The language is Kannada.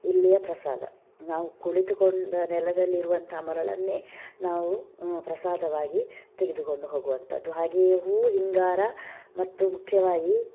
ಇಲ್ಲಿಯ ಪ್ರಸಾದ ನಾವು ಕುಳಿತುಕೊಂಡ ನೆಲದಲ್ಲಿರುವಂಥ ಮರಳನ್ನೇ ನಾವು ಪ್ರಸಾದವಾಗಿ ತೆಗೆದುಕೊಂಡು ಹೋಗುವಂಥದು ಹಾಗೆಯೇ ಹೂ ಹಿಂಗಾರ ಮತ್ತು ಮುಖ್ಯವಾಗಿ